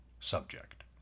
Subject